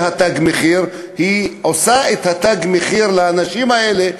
"תג מחיר"; היא עושה את ה"תג מחיר" לאנשים האלה,